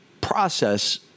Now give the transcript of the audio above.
process